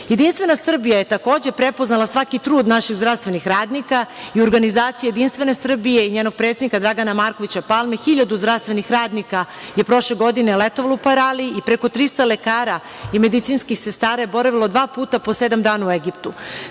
živi. Jedinstvena Srbija je takođe prepoznala svaki trud naših zdravstvenih radnika i u organizaciji Jedinstvene Srbije i njenog predsednika Dragana Markovića Palme, hiljadu zdravstvenih radnika je prošle godine letovalo u Paraliji i preko 300 lekara i medicinskih sestara je boravilo dva puta po sedam dana u Egiptu.